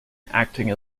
acting